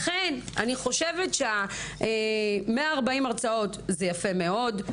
לכן אני חושבת ש-140 הרצאות זה יפה מאוד.